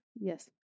Yes